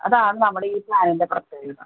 അതാണ് നമ്മുടെ ഈ പ്ലാനിൻ്റെ പ്രത്യേകത